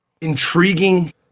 intriguing